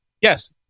Yes